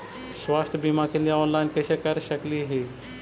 स्वास्थ्य बीमा के लिए ऑनलाइन कैसे कर सकली ही?